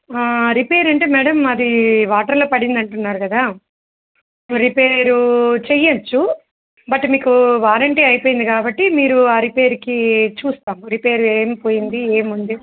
repair అంటే madam అది వాటర్లో పడిందంటున్నారు కదా రిపేర్ చెయ్యొచ్చు బట్ మీకు వారంటీ అయిపోయింది కాబట్టి మీరు ఆ రిపేర్కి చూస్తాము రిపేర్ ఏం పోయింది ఏముంది